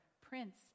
Prince